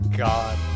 god